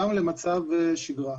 גם למצב שגרה.